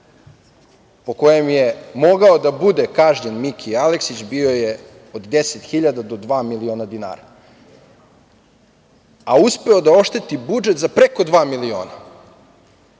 po kojem je mogao da bude kažnjen Miki Aleksić bio je od 10 hiljada do dva miliona dinara, a uspeo da ošteti budžet za preko dva